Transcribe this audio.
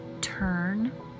turn